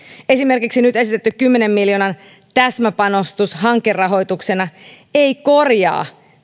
esimerkiksi nyt esitetty kymmenen miljoonan täsmäpanostus hankerahoituksena ei korjaa